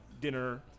dinner